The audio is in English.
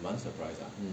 mm